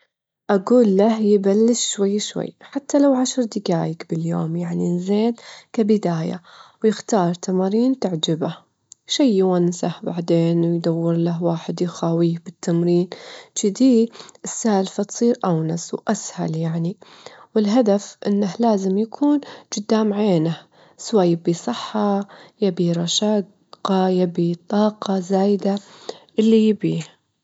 أجوله أول شي أنا وايد حريصة على إني أكون جزء من ها الفريق المميز، وأني عندي مهارات في مجال العمل، وعندي قدرة على التعامل مع التحديات بشكل ممتاز، وإني ودي أضيف قيمة حقيقية للشركة، وأتأكد أن العمل الجماعي يكون في أعلى مستوى من التعاون.